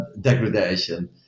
degradation